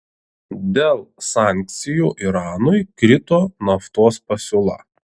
dėl sankcijų iranui krito naftos pasiūla